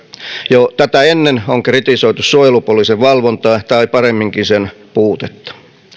jo tätä ennen on kritisoitu suojelupoliisin valvontaa tai paremminkin sen puutetta